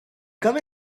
come